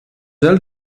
żel